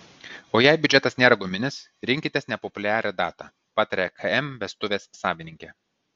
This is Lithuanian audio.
o jei biudžetas nėra guminis rinkitės nepopuliarią datą pataria km vestuvės savininkė